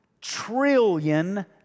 trillion